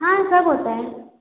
हाँ सब होता है